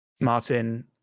Martin